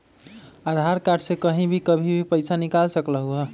आधार card से कहीं भी कभी पईसा निकाल सकलहु ह?